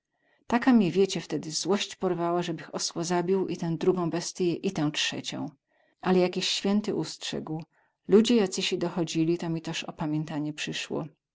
taka mie wiecie wtedy złość porwała zebych był osła zabił i tę drugą bestyję i tę trzecią ale jakiś święty ustrzegł ludzie jacysi dochodzili toz to mi opamiętanie przysło